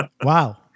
Wow